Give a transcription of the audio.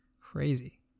Crazy